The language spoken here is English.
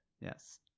Yes